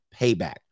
payback